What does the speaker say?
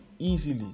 easily